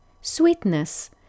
sweetness